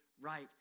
right